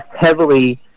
heavily